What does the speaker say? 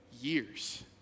years